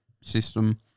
system